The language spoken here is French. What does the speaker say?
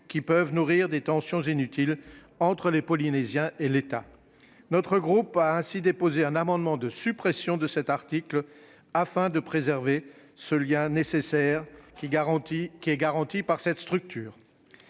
qui peuvent nourrir des tensions inutiles entre les Polynésiens et l'État. Notre groupe a déposé un amendement de suppression de cet article, afin de préserver le lien nécessaire garanti par cette structure.